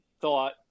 thought